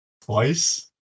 twice